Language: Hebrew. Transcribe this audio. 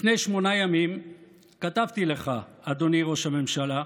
לפני שמונה ימים כתבתי לך, אדוני ראש הממשלה,